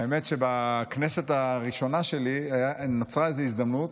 האמת שבכנסת הראשונה שלי נוצרה איזו הזדמנות,